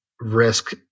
risk